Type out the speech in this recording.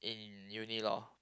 in uni loh